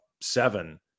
seven